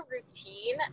routine